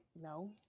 no